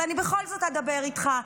אבל אני בכל זאת אדבר איתך,